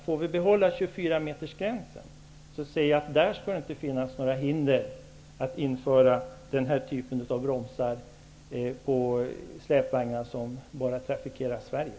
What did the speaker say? Om vi får behålla 24-metersgränsen, ser jag inga hinder mot att införa ABS-bromsar på släpvagnar som bara körs i Sverige.